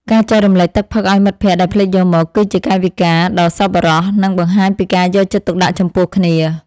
ការចែករំលែកទឹកផឹកឱ្យមិត្តភក្តិដែលភ្លេចយកមក គឺជាកាយវិការដ៏សប្បុរស និងបង្ហាញពីការយកចិត្តទុកដាក់ចំពោះគ្នា។